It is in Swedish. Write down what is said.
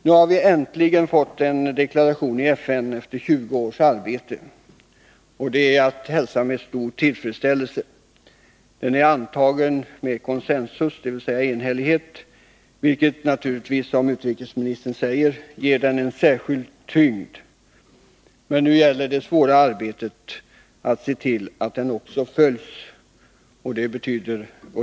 Nu har vi äntligen fått en deklaration i FN, efter 20 års arbete. Det är att hälsa med stor tillfredsställelse. Den är antagen med consensus, dvs. enhällighet, vilket naturligtvis, som utrikesministern säger, ger den en särskild tyngd. Men nu gäller det det svåra arbetet att se till att deklarationen också följs.